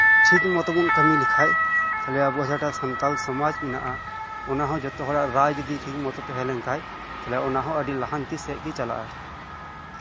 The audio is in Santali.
ᱴᱷᱤᱠ ᱢᱚᱛᱚ ᱵᱚᱱ ᱠᱟᱹᱢᱤ ᱞᱮᱠᱷᱟᱱ ᱟᱵᱚ ᱡᱮᱴᱟ ᱥᱟᱱᱛᱟᱞ ᱥᱚᱢᱟᱡᱽ ᱢᱮᱱᱟᱜᱼᱟ ᱚᱱᱟᱦᱚᱸ ᱡᱷᱚᱛᱚ ᱦᱚᱲᱟᱜ ᱴᱷᱤᱠ ᱢᱚᱛᱚ ᱨᱟᱭ ᱡᱚᱫᱤ ᱛᱟᱦᱮᱸ ᱞᱮᱱᱠᱷᱟᱱ ᱛᱟᱦᱚᱞᱮ ᱚᱱᱟᱦᱚᱸ ᱟᱹᱰᱤ ᱞᱟᱦᱟᱱᱛᱤ ᱥᱮᱫ ᱜᱮ ᱪᱟᱞᱟᱜᱼᱟ